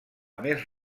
més